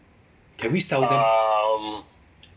can we sell them